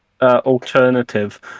Alternative